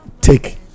take